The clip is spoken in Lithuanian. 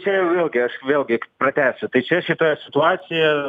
čia vėlgi aš vėlgi pratęsiu tai čia šitoje situacijoje